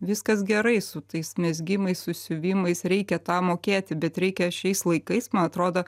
viskas gerai su tais mezgimais susiuvimais reikia tą mokėti bet reikia šiais laikais man atrodo